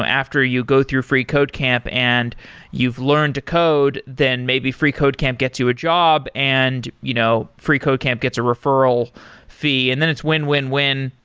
after you go through freecodecamp and you've learned to code, then maybe freecodecamp gets you a job and you know freecodecamp gets a referral fee and then it's win-win-win,